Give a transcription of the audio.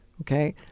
Okay